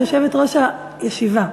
אני יושבת-ראש הישיבה.